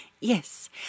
Yes